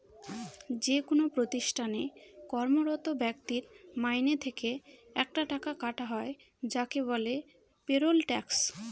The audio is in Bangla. যেকোনো প্রতিষ্ঠানে কর্মরত ব্যক্তির মাইনে থেকে একটা টাকা কাটা হয় যাকে বলে পেরোল ট্যাক্স